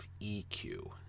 EQ